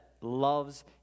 loves